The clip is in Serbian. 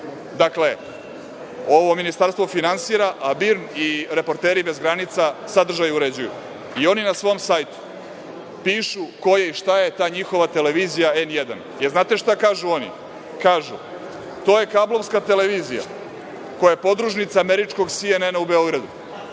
Dakle, ovo ministarstvo finansira, a BIRN i Reporteri bez granica sadržaj uređuju. Oni na svom sajtu pišu ko je i šta je ta njihova televizija N1.Znate šta kažu oni? Kažu da je to kablovska televizija koja je podružnica američkog CNN u Beogradu